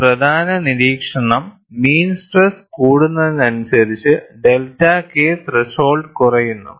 ഒരു പ്രധാന നിരീക്ഷണംമീൻ സ്ട്രെസ് കൂടുന്നതിനനുസരിച്ച് ഡെൽറ്റ K ത്രെഷോൾഡ് കുറയുന്നു